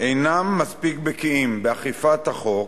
אינם מספיק בקיאים באכיפת החוק,